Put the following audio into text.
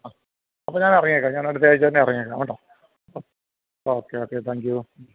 ആ അപ്പോള് ഞാൻ ഇറങ്ങിയേക്കാം ഞാൻ അടുത്തയാഴ്ചതന്നെ ഇറങ്ങിയേക്കാം കേട്ടോ ഓക്കെ ഓക്കെ താങ്ക്യൂ